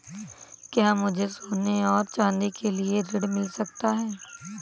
क्या मुझे सोने और चाँदी के लिए ऋण मिल सकता है?